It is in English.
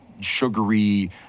sugary